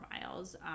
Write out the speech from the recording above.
miles